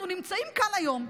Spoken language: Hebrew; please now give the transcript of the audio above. אנחנו נמצאים כאן היום,